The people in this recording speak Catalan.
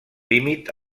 límit